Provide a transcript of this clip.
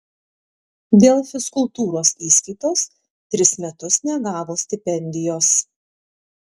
dėl fizkultūros įskaitos tris metus negavo stipendijos